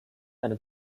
eine